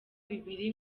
bibiri